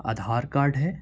Aadhaar card ہے